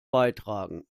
beitragen